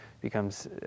becomes